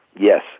yes